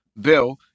Bill